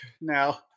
now